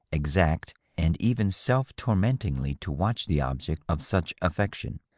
exact, and even self-torment ingly to watch the object of such affection.